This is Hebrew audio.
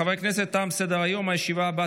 בעד, חמישה, אפס מתנגדים.